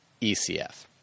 ecf